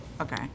Okay